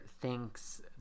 thinks